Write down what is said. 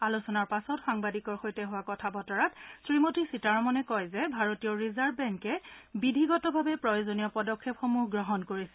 আলোচনাৰ পাছত সাংবাদিকৰ সৈতে হোৱা কথা বতৰাত শ্ৰীমতী সীতাৰমণে কয় যে ভাৰতীয় ৰিজাৰ্ভ বেংকে বিধিগতভাৱে প্ৰয়োজনীয় পদক্ষেপ গ্ৰহণ কৰিছে